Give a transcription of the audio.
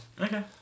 Okay